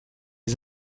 des